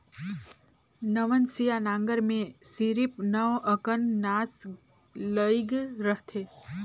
नवनसिया नांगर मे सिरिप नव अकन नास लइग रहथे